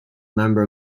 member